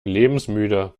lebensmüde